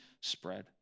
spread